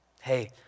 Hey